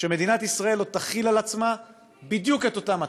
שמדינת ישראל לא תחיל על עצמה בדיוק את אותם התנאים,